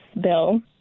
bill